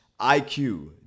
IQ